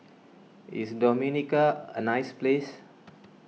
is Dominica a nice place